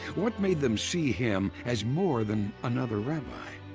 what made them see him as more than another rabbi?